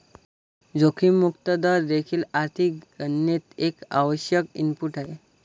जोखीम मुक्त दर देखील आर्थिक गणनेत एक आवश्यक इनपुट आहे